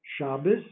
Shabbos